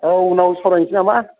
औ उनाव सावरायनोसै नामा